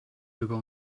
über